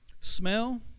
smell